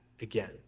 again